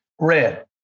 red